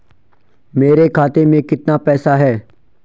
मेरे खाते में कितना पैसा है?